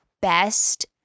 best